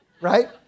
right